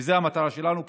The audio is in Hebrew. וזאת המטרה שלנו באוצר.